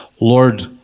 Lord